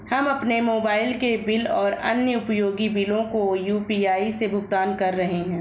हम अपने मोबाइल के बिल और अन्य उपयोगी बिलों को यू.पी.आई से भुगतान कर रहे हैं